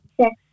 Six